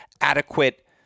adequate